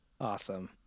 Awesome